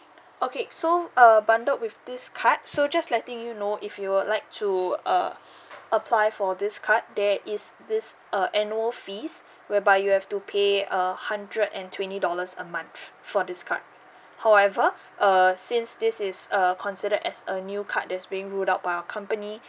okay so err bundled with this card so just letting you know if you would like to uh apply for this card there is this uh annual fees whereby you have to pay uh hundred and twenty dollars a month for this card however err since this is err considered as a new card that's being rolled out by our company